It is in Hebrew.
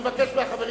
אני מבקש מהחברים,